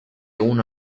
uno